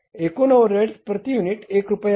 एकूण ओव्हरहेड्स प्रती युनिट 1 रुपया आहे